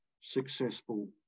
successful